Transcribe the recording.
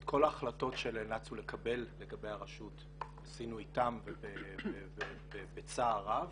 את כל ההחלטות שנאלצנו לקבל לגבי הרשות עשינו איתם בצער רב